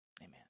Amen